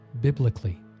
biblically